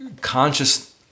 conscious